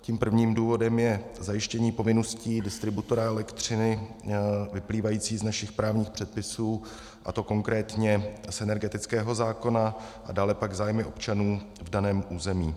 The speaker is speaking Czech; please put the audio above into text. Tím prvním důvodem je zajištění povinností distributora elektřiny vyplývajících z našich právních předpisů, a to konkrétně z energetického zákona, a dále pak zájmy občanů v daném území.